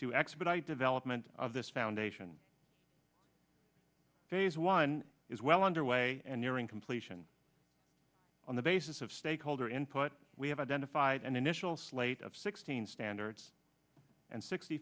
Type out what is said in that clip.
to expedite development of this foundation phase one is well underway and nearing completion on the basis of stakeholder input we have identified an initial slate of sixteen standards and sixty